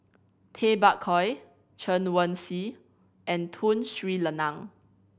Tay Bak Koi Chen Wen Hsi and Tun Sri Lanang